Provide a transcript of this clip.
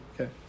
okay